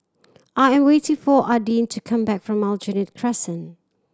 I am waiting for Adin to come back from Aljunied Crescent